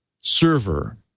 server